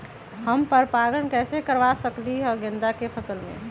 हम पर पारगन कैसे करवा सकली ह गेंदा के फसल में?